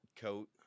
coat